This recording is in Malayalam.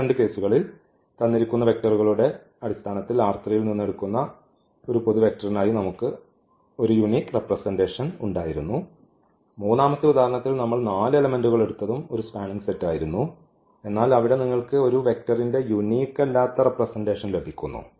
ആദ്യ രണ്ട് കേസുകളിൽ തന്നിരിക്കുന്ന വെക്റ്ററുകളുടെ അടിസ്ഥാനത്തിൽ ൽ നിന്ന് എടുക്കുന്ന ഒരു വെക്റ്ററിനായി നമ്മൾക്ക് ഒരു യൂണിക് റെപ്രെസെന്റഷൻ ഉണ്ടായിരുന്നു മൂന്നാമത്തെ ഉദാഹരണത്തിൽ നമ്മൾ 4 എലെമെന്റുകൾ എടുത്തതും ഒരു സ്പാനിങ് സെറ്റായിരുന്നു എന്നാൽ അവിടെ നിങ്ങൾക്ക് ഒരു വെക്റ്ററിന്റെ യൂണികല്ലാത്ത റെപ്രെസെന്റഷൻ ലഭിക്കുന്നു